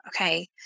Okay